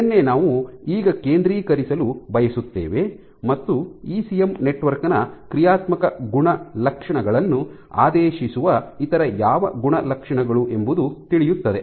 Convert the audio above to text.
ಇದನ್ನೇ ನಾವು ಈಗ ಕೇಂದ್ರೀಕರಿಸಲು ಬಯಸುತ್ತೇವೆ ಮತ್ತು ಇಸಿಎಂ ನೆಟ್ವರ್ಕ್ ನ ಕ್ರಿಯಾತ್ಮಕ ಗುಣಲಕ್ಷಣಗಳನ್ನು ಆದೇಶಿಸುವ ಇತರ ಯಾವ ಗುಣಲಕ್ಷಣಗಳು ಎಂಬುದು ತಿಳಿಯುತ್ತದೆ